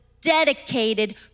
dedicated